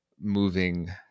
moving